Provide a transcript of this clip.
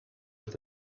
with